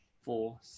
four